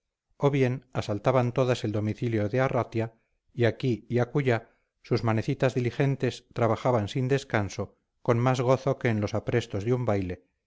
o bien asaltaban todas el domicilio de arratia y aquí y acullá sus manecitas diligentes trabajaban sin descanso con más gozo que en los aprestos